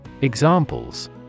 Examples